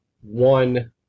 one